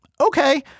Okay